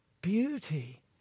beauty